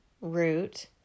root